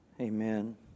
Amen